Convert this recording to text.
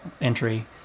entry